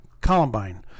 Columbine